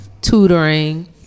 tutoring